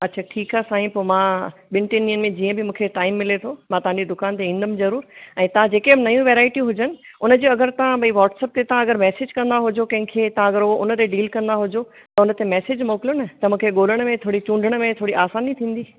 अच्छा ठीकु आहे साईं पोइ मां ॿिनि टिनि ॾींहंनि में जीअं बि मूंखे टाइम मिले थो मां तव्हांजी दुकान ते ईंदमि ज़रूरु ऐं तव्हां जेके बि नई वैरायटी हुजनि उनजी अगरि तव्हां भई वाट्सअप ते तव्हां अगरि मैसेज कंदा हुजो कंहिंखे तव्हां अगरि हो उनते डील कंदा हुजो त हुनते मैसेज मोकिलियो न त मूंखे ॻोल्हण में थोरी चूंडण में थोरी आसानी थींदी